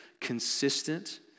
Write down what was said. consistent